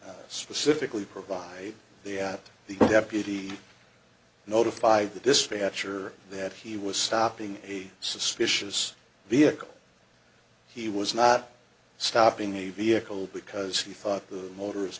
exhibits specifically provide the at the deputy notified the dispatcher that he was stopping a suspicious vehicle he was not stopping a vehicle because he thought the motor